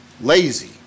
Lazy